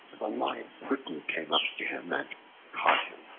and the lion quickly came up to him and caught him.